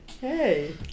Hey